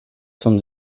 som